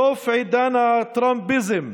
סוף עידן הטראמפיזם,